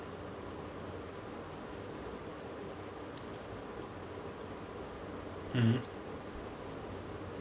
mm